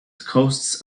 coasts